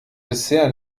dessert